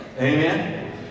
Amen